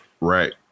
Right